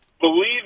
believe